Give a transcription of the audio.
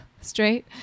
straight